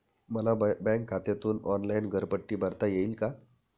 मला बँक खात्यातून ऑनलाइन घरपट्टी भरता येईल का?